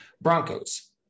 Broncos